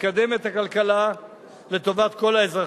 לקדם את הכלכלה לטובת כל האזרחים,